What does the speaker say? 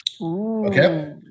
Okay